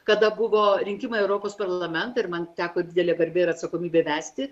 kada buvo rinkimai europos parlamento ir man teko didelė garbė ir atsakomybė vesti